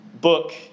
book